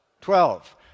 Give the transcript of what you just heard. Twelve